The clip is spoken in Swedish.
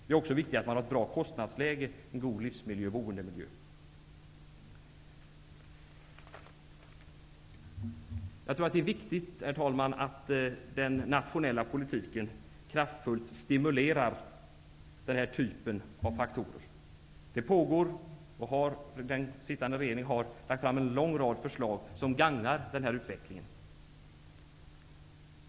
Det är också viktigt att man har ett bra kostnadsläge, en god livsmiljö och en god boendemiljö. Det är viktigt, herr talman, att den nationella politiken kraftfullt stimulerar denna typ av faktorer. Den sittande regeringen har lagt fram en lång rad förslag som gagnar denna utveckling.